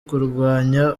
kurwanya